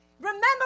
Remember